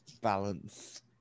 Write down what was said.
balance